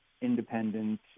independent